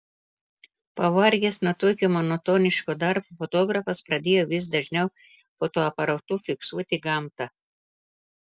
pavargęs nuo tokio monotoniško darbo fotografas pradėjo vis dažniau fotoaparatu fiksuoti gamtą